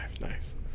Nice